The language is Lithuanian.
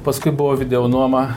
paskui buvo video nuoma